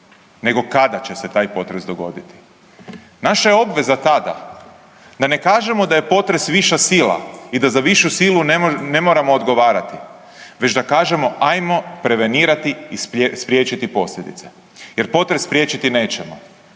nego kada će se taj potres dogoditi. Naša je obveza tada da ne kažemo da je potres viša sila i da za višu silu ne moramo odgovarati, već da kažemo ajmo prevenirati i spriječiti posljedice jer potres priječiti nećemo,